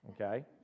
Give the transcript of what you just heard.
okay